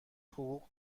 حقوق